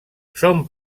són